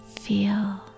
Feel